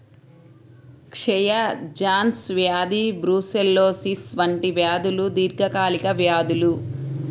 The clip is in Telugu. క్షయ, జాన్స్ వ్యాధి బ్రూసెల్లోసిస్ వంటి వ్యాధులు దీర్ఘకాలిక వ్యాధులు